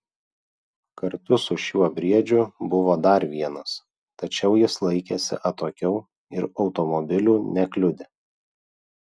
kartu su šiuo briedžiu buvo dar vienas tačiau jis laikėsi atokiau ir automobilių nekliudė